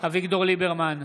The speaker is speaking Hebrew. אביגדור ליברמן,